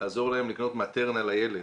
לעזור להם לקנות מטרנה לילד.